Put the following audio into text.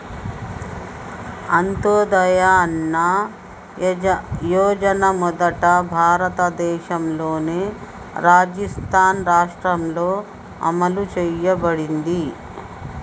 అంత్యోదయ అన్న యోజన మొదట భారతదేశంలోని రాజస్థాన్ రాష్ట్రంలో అమలు చేయబడింది